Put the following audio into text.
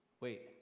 Wait